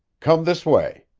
come this way.